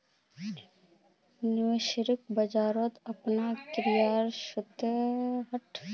निवेशक बाजारत अपनार क्रय शक्तिक बढ़व्वार तने लीवरेजेर इस्तमाल कर छेक